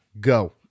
go